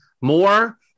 more